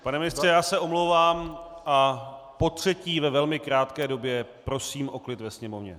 Pane ministře, já se omlouvám a potřetí ve velmi krátké době prosím o klid ve sněmovně.